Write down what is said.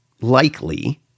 likely